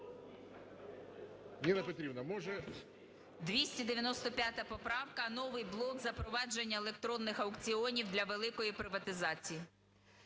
295 поправка, новий блок "Запровадження електронних аукціонів для великої приватизації".